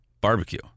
barbecue